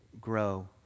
grow